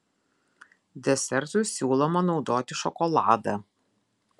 desertui siūloma naudoti šokoladą